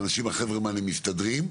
האנשים החברמנים מסתדרים.